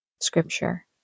scripture